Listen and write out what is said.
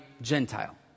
Gentile